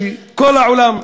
שכל העולם,